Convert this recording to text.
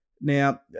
Now